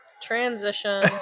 Transition